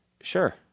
Sure